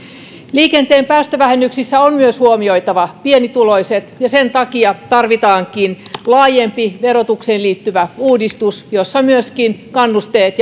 liikenteen päästövähennyksissä on huomioitava myös pienituloiset ja sen takia tarvitaankin laajempi verotukseen liittyvä uudistus jossa myöskin kannusteet